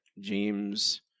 James